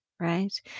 right